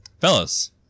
Fellas